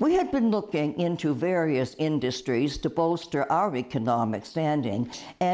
we had been looking into various industries to poster our economic standing and